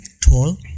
tall